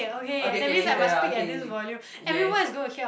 okay k you said ah okay yes